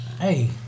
Hey